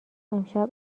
امشب